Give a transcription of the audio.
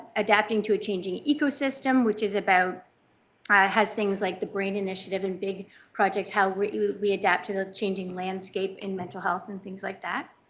adapting to a changing ecosystem, which is about has things like the brain initiative and big projects and how we we adapt to the changing landscape in mental health and things like that.